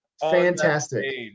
fantastic